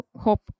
hope